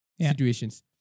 situations